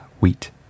wheat